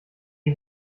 die